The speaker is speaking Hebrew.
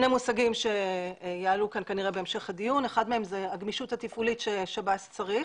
מושגים שיעלו במשך הדיון: אחד הגמישות התפעולית ששב"ס צריך.